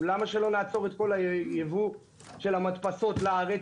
למה שלא נעצור את כל היבוא של המדפסות לארץ,